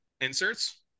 Inserts